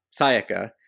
Sayaka